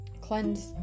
cleanse